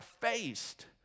faced